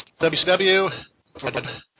WCW